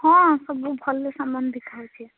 ହଁ ସବୁ ଭଲ ସାମାନ ଦେଖା ହେଉଛି